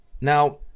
Now